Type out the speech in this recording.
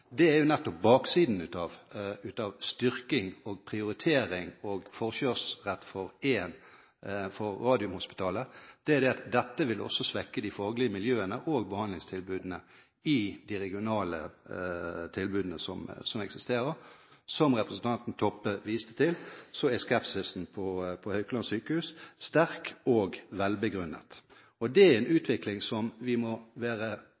er jo nettopp baksiden av styrking, prioritering og forkjørsrett for Radiumhospitalet: at dette også vil svekke de faglige miljøene og behandlingstilbudene i de regionale tilbudene som eksisterer. Som representanten Toppe viste til, er skepsisen på Haukeland sykehus sterk og velbegrunnet. Det er en utvikling som vi må være